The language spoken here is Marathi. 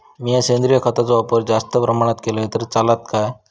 मीया सेंद्रिय खताचो वापर जास्त प्रमाणात केलय तर चलात काय?